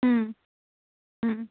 हम्म हम्म